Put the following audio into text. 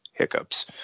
hiccups